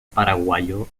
paraguayo